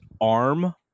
arm